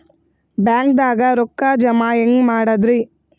ಬ್ಯಾಂಕ್ದಾಗ ರೊಕ್ಕ ಜಮ ಹೆಂಗ್ ಮಾಡದ್ರಿ?